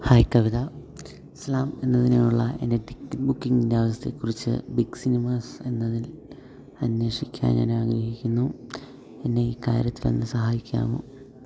hi Kavita Islam എന്നതിനുള്ള എൻറ്റെ ticket ബുക്കിങ്ങിൻറ്റെ അവസ്ഥയേക്കുറിച്ച് ബിഗ് സിനിമാസ് എന്നതിൽ അന്വേഷിക്കാൻ ഞാനാഗ്രഹിക്കുന്നു എന്നെ ഇക്കാര്യത്തിലൊന്ന് സഹായിക്കാമോ